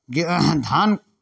गे धान